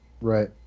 Right